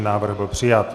Návrh byl přijat.